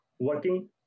Working